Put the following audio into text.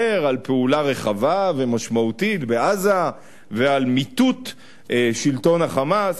על פעולה רחבה ומשמעותית בעזה ועל מיטוט שלטון ה"חמאס".